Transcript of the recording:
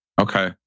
Okay